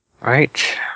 Right